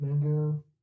Mango